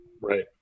Right